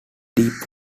deep